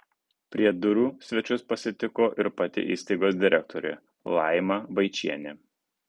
prie durų svečius pasitiko ir pati įstaigos direktorė laima vaičienė